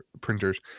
printers